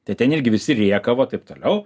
tai ten irgi visi rėkavo taip toliau